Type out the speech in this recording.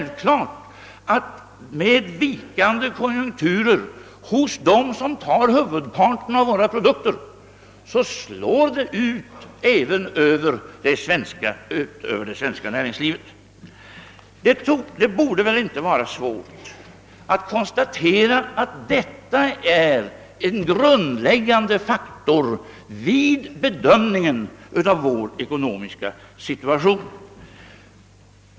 Vikande konjunkturer hos dem som tar huvudparten av våra produkter slår naturligtvis ut även över det svenska näringslivet. Det borde inte vara svårt att konstatera att detta är en grundläggande faktor vid bedömningen av vår ekonomiska situation.